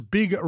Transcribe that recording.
Big